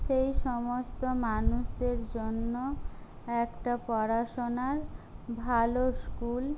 সেই সমস্ত মানুষদের জন্য একটা পড়াশোনার ভালো স্কুল